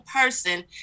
person